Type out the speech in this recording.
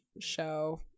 show